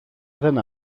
δεν